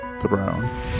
throne